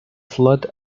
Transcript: flood